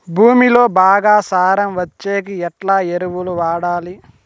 భూమిలో బాగా సారం వచ్చేకి ఎట్లా ఎరువులు వాడాలి?